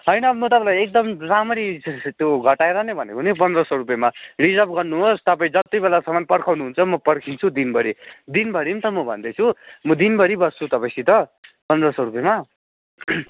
होइन म तपाईँलाई एकदम राम्ररी त्यो घटाएर नै भनेको नि पन्ध्र सौ रुपियाँमा रिजार्भ गर्नुहोस् तपाईँ जति बेलासम्म पर्खाउनु हुन्छ म पर्खिन्छु दिनभरि दिनभरि पनि त म भन्दैछु म दिनभरि बस्छु तपाईँसित पन्ध्र सौ रुपियाँमा